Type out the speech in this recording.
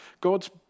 God's